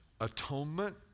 atonement